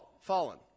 fallen